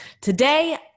Today